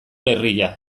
herria